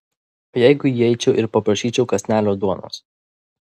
o jeigu įeičiau ir paprašyčiau kąsnelio duonos